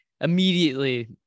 immediately